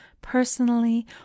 personally